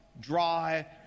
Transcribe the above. dry